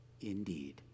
indeed